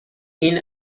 این